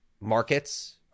markets